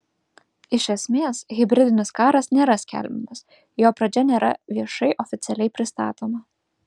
iš esmės hibridinis karas nėra skelbiamas jo pradžia nėra viešai oficialiai pristatoma